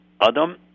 Adam